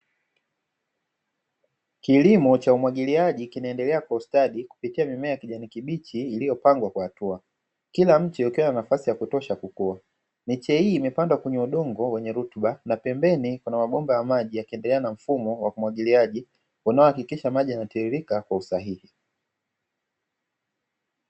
Kilimo cha umwagiliaji kinaendelea kwa ustadi kupitia mimea ya kijani kibichi iliyopangwa kwa hatua, kila mche ukiwa nafasi ya kutosha kukua, miche hii imepandwa kwenye udongo wenye rutuba, na pembeni kuna mabomba ya maji yakiendelea na mfumo wa umwagiliaji, unaohakikisha maji yanatiririka kwa usahihi.